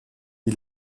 die